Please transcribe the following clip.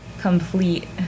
complete